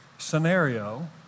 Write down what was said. Scenario